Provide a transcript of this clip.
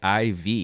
IV